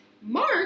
Mark